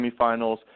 semifinals